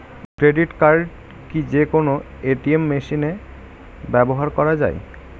Credit card কি যে কোনো এ.টি.এম মেশিনে ব্যবহার করা য়ায়?